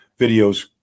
videos